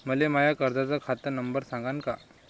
मले माया कर्जाचा खात नंबर सांगान का?